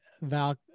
Val